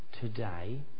today